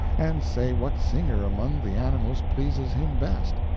and say what singer among the animals pleases him best,